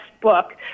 book